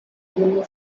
dello